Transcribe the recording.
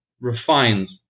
refines